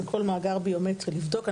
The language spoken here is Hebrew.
זה הדבר הבסיסי בכל מאגר ביומטרי לבדוק.